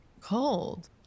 cold